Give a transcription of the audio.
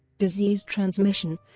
disease transmission